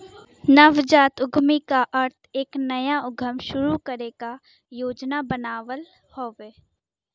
नवजात उद्यमी क अर्थ एक नया उद्यम शुरू करे क योजना बनावल हउवे